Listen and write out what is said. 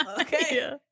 Okay